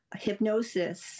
hypnosis